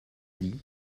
dit